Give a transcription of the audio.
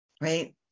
right